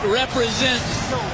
represents